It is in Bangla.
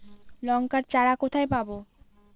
লঙ্কার চারা কোথায় পাবো?